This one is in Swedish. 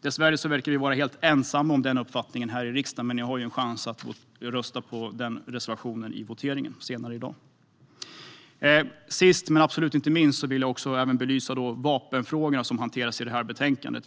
Dessvärre verkar vi vara helt ensamma om den uppfattningen här i riksdagen. Ni har dock en chans att rösta på vår reservation i voteringen senare i dag. Sist men inte minst vill jag belysa vapenfrågorna, som hanteras i det här betänkandet.